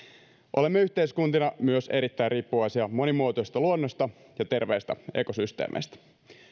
olemme yhteiskuntina myös erittäin riippuvaisia monimuotoisesta luonnosta ja terveistä ekosysteemeistä